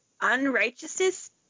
unrighteousness